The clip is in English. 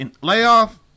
layoff